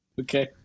Okay